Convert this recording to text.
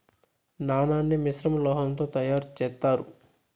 నాణాన్ని మిశ్రమ లోహం తో తయారు చేత్తారు